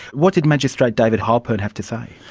what did magistrate david heilpern have to say?